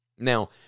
Now